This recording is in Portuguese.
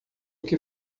que